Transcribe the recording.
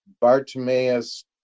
Bartimaeus